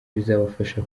bizabafasha